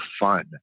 fun